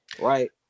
right